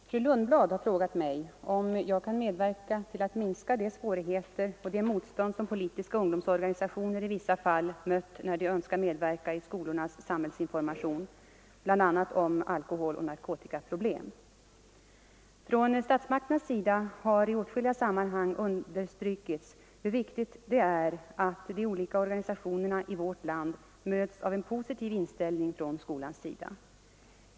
Fru talman! Fru Lundblad har frågat mig om jag kan medverka till att minska de svårigheter och det motstånd som politiska ungdomsorganisationer i vissa fall mött när de önskat medverka i skolornas samhällsinformation, bl.a. om alkoholoch narkotikaproblem. Från statsmakternas sida har i åtskilliga sammanhang understrukits hur viktigt det är att de olika organisationerna i vårt land möts av en positiv inställning från skolans sida.